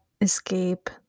escape